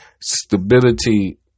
stability